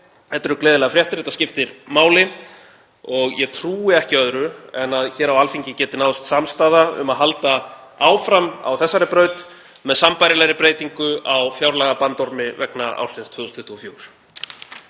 Þetta eru gleðilegar fréttir. Þetta skiptir máli og ég trúi ekki öðru en að hér á Alþingi geti náðst samstaða um að halda áfram á þessari braut með sambærilegri breytingu á fjárlagabandormi vegna ársins 2024.